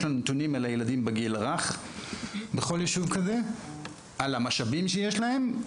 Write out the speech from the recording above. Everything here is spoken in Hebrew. יש לנו נתונים על הילדים בגיל הרך בכל ישוב כזה ועל המשאבים שיש להם.